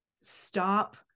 stop